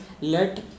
Let